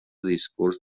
discurs